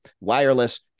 wireless